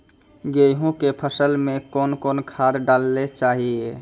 गेहूँ के फसल मे कौन कौन खाद डालने चाहिए?